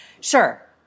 sure